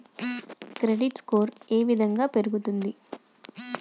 Credit score ఏ విధంగా పెరుగుతుంది?